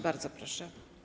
Bardzo proszę.